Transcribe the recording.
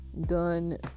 done